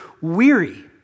weary